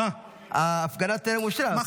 ההפגנה טרם אושרה,